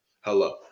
hello